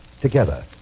together